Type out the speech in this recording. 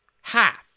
half